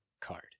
card